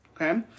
Okay